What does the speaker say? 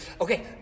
Okay